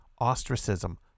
ostracism